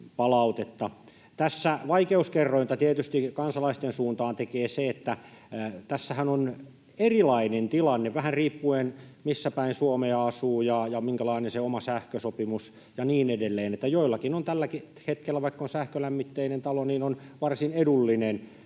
Tässä vaikeuskerrointa tietysti kansalaisten suuntaan tekee se, että tässähän on erilainen tilanne vähän riippuen siitä, missä päin Suomea asuu ja minkälainen oma sähkösopimus on ja niin edelleen. Joillakin tälläkin hetkellä, vaikka on sähkölämmitteinen talo, on varsin edullinen